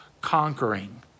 conquering